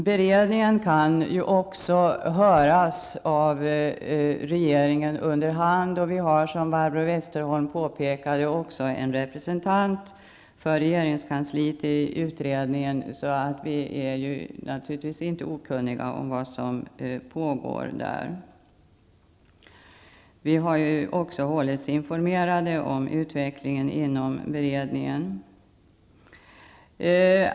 Beredningen kan också höras av regeringen under hand och vi har, som Barbro Westerholm påpekade, också en representant för regeringskansliet i utredningen, så vi är naturligtvis inte okunniga om vad som pågår. Vi har också hållits informerade om utvecklingen inom beredningen.